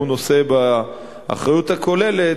והוא נושא באחריות הכוללת,